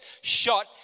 shot